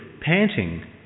panting